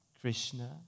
Krishna